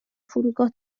فرودگاه